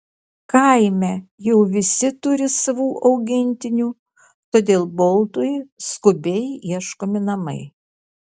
kaime jau visi turi savų augintinių todėl boltui skubiai ieškomi namai